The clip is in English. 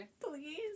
Please